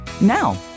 Now